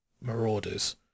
marauders